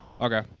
Okay